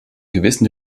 gewissen